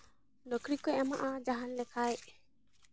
ᱱᱚᱠᱨᱤ ᱠᱚᱭ ᱮᱢᱚᱜᱼᱟ ᱡᱟᱦᱟᱸ ᱞᱮᱠᱷᱟᱡ